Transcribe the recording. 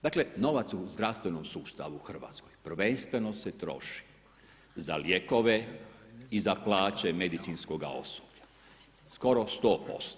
Dakle, novac u zdravstvenom sustavu u Hrvatskoj prvenstveno se troši za lijekove i za plaće medicinskog osoblja, skoro 100%